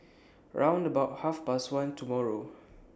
round about Half Past one tomorrow